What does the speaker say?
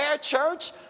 church